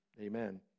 amen